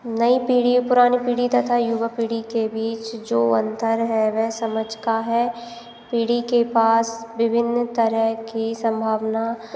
नई पीढ़ी पुरानी पीढ़ी तथा युवा पीढ़ी के बीच जो अंतर है वह समझ का है पीढ़ी के पास विभिन्न तरह की संभावना